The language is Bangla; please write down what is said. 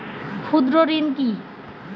ক্ষুদ্র ঋণ কি?